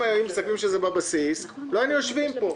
אם היו מסכמים שזה בבסיס לא היינו יושבים פה.